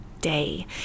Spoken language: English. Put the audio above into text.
day